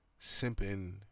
Simping